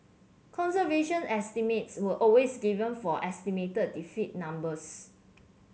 conservation estimates were always given for estimated numbers